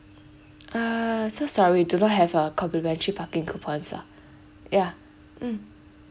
uh so sorry we do not have uh complimentary parking coupons lah ya mm